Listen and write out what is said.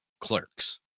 Clerks